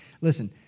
Listen